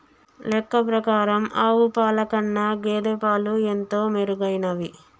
లెక్క ప్రకారం ఆవు పాల కన్నా గేదె పాలు ఎంతో మెరుగైనవి